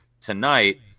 tonight